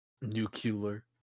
Nuclear